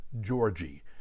Georgie